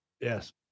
Yes